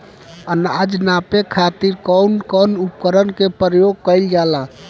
अनाज नापे खातीर कउन कउन उपकरण के प्रयोग कइल जाला?